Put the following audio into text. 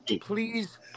please